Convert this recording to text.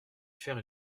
faire